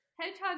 Hedgehog